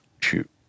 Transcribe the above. shoot